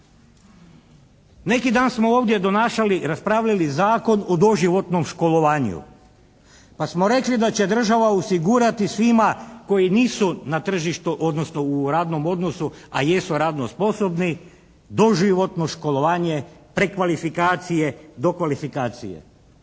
Neki dan smo ovdje donašali, raspravljali Zakon o doživotnom školovanju pa smo rekli da će država osigurati svima koji nisu na tržištu, odnosno u radnom odnosu, a jesu radno sposobni doživotno školovanje, prekvalifikacije, dokvalifikacije.